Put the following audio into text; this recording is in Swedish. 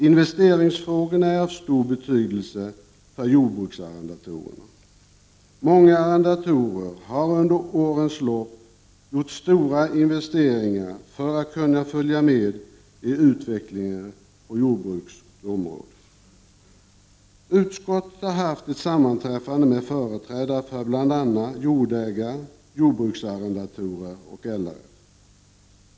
Investeringsfrågorna är av stor betydelse för jordbruksarrendatorerna. Många arrendatorer har under årens lopp gjort stora investeringar för att kunna följa med i utvecklingen på jordbrukets område. Utskottet har haft ett sammanträffande med företrädare för bl.a. jordägare, jordbruksarrendatorer och LRF.